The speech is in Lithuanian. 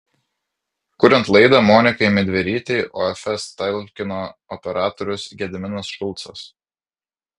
kuriant laidą monikai midverytei ofs talkino operatorius gediminas šulcas